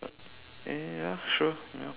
eh ya sure ya